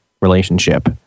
relationship